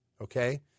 okay